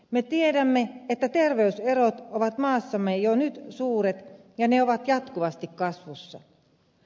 me tiedämme että terveyserot ovat maassamme jo nyt suuret ja ne ovat jatkuvasti kasvussa